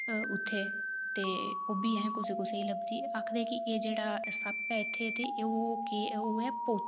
उत्थें ते ओह्बी ऐहें कुसै कुसै गी लभदी उत्थै आखदे कि एह्